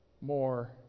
More